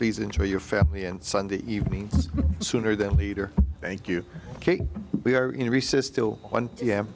these into your family and sunday evening sooner than later thank you